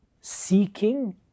seeking